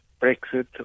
Brexit